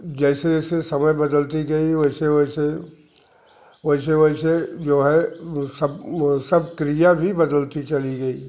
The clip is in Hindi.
जैसे जैसे समय बदलती गई वैसे वैसे वैसे वैसे जो है वो सब वो सब क्रिया भी बदलती चली गई